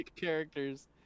characters